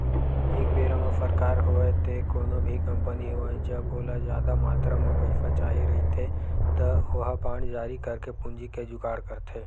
एक बेरा म सरकार होवय ते कोनो भी कंपनी होवय जब ओला जादा मातरा म पइसा चाही रहिथे त ओहा बांड जारी करके पूंजी के जुगाड़ करथे